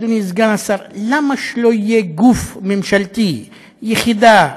אדוני סגן השר, למה שלא יהיה גוף ממשלתי, יחידה,